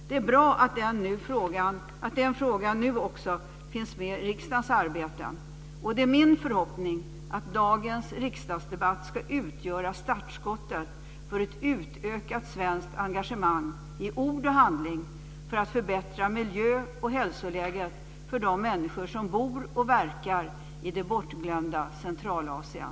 Det är bra att den frågan nu också finns med i riksdagens arbete, och det är min förhoppning att dagens riksdagsdebatt ska utgöra startskottet för ett utökat svenskt engagemang - i ord och handling - för att förbättra miljö och hälsoläget för de människor som bor och verkar i det bortglömda Centralasien.